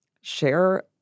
share